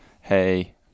hey